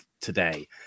today